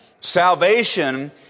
salvation